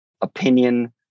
opinion